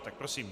Tak prosím.